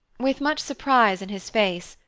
with much surprise in his face,